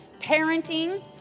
parenting